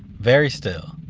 very still.